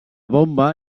bomba